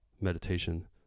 meditation